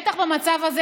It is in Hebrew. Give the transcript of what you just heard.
בטח במצב הזה,